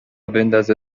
بندازه